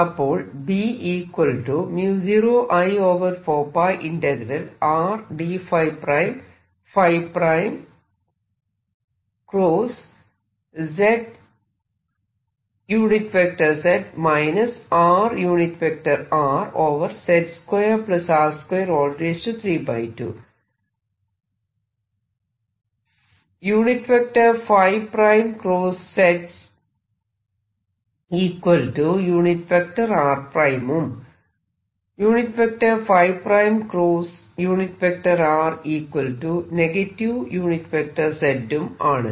അപ്പോൾ ϕ′ z r′ ഉം ϕ′ r z ഉം ആണ്